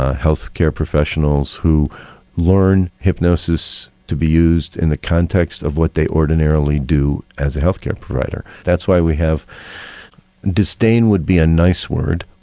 ah health care professionals who learn hypnosis to be used in a context of what they ordinarily do as a health care provider. that's why we have disdain would be a nice word